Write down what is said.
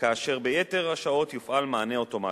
וביתר השעות יופעל מענה אוטומטי.